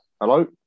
Hello